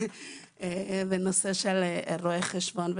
בנושא של רואי חשבון.